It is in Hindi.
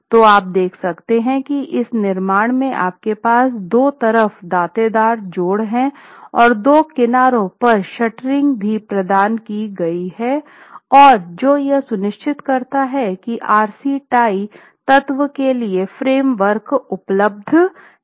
तो आप देख सकते हैं कि इस निर्माण में आपके पास दो तरफ दांतेदार जोड़ हैं और दो किनारों पर शटरिंग भी प्रदान की गई है और जो यह सुनिश्चित करता है कि RC टाई तत्व के लिए फॉर्मवर्क उपलब्ध है